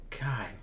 God